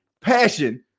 passion